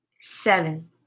seven